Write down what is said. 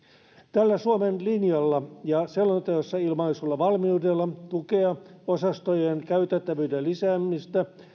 tällä suomen linjalla ja selonteossa ilmaistulla valmiudella tukea osastojen käytettävyyden lisäämistä